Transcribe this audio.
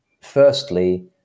firstly